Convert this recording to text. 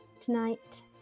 tonight